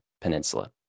peninsula